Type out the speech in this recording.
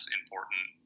important